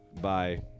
bye